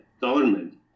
government